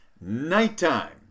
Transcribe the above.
nighttime